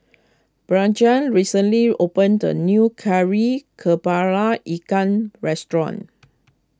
Blanchie recently opened a new Kari Kepala Ikan restaurant